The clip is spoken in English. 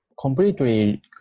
completely